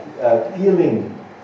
feeling